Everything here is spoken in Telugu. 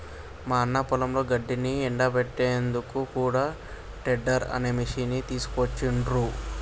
మా అన్న పొలంలో గడ్డిని ఎండపెట్టేందుకు కూడా టెడ్డర్ అనే మిషిని తీసుకొచ్చిండ్రు